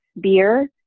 beer